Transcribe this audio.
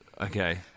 Okay